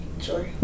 Sure